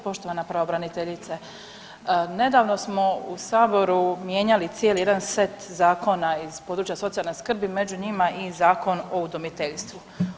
Poštovana pravobraniteljice, nedavno smo u saboru mijenjali cijeli jedan set zakona iz područja socijalne skrbi, među njima i Zakon o udomiteljstvu.